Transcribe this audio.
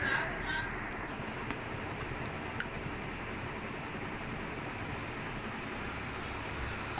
ya then all you have to do is just transcribe and tamil part will be I I think the